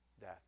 death